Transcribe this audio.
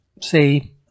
say